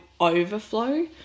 overflow